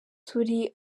turi